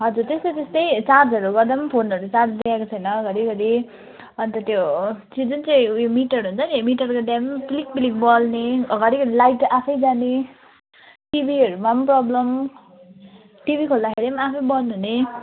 हजुर त्यस्तै त्यस्तै चार्जहरू गर्दा पनि फोनहरू चार्जहरू लिएको छैन घरि घरि अन्त त्यो त्यो जुन चाहिँ उयो मिटर हुन्छ नि त्यो मिटरको त्यहाँ पनि पिलिकपिलिक बल्ने घरि घरि लाइट आफै जाने टिभीहरूमा पनि प्रब्लम टिभी खोल्दाखेरि पनि आफै बन्द हुने